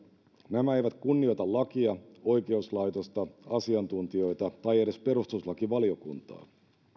nämä eivät kunnioita lakia oikeuslaitosta asiantuntijoita tai edes perustuslakivaliokuntaa